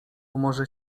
może